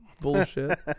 Bullshit